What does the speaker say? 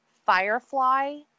Firefly